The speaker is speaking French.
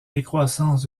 décroissance